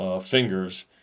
fingers